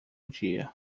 dia